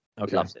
Okay